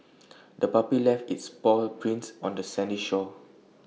the puppy left its paw prints on the sandy shore